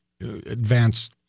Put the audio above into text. advance